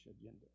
agenda